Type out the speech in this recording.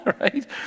right